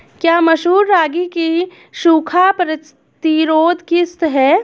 क्या मसूर रागी की सूखा प्रतिरोध किश्त है?